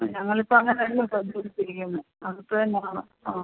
ആ ഞങ്ങളിപ്പം അങ്ങനായിരുന്നു സർബീസ് ചെയ്യുന്നത് അതിപ്പം നാളെ ആ